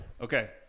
Okay